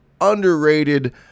underrated